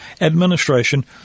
administration